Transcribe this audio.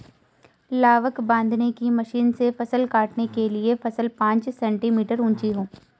लावक बांधने की मशीन से फसल काटने के लिए फसल पांच सेंटीमीटर ऊंची हो